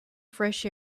fresh